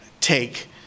take